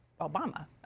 Obama